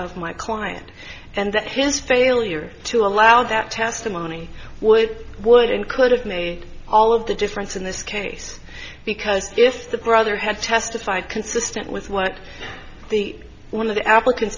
of my client and that his failure to allow that testimony would would include have made all of the difference in this case because if the brother had testified consistent with what the one of the applican